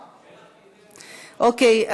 אוקיי,